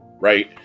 right